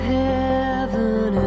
heaven